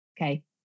Okay